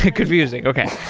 confusing, okay.